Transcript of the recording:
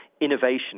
Innovation